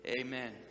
Amen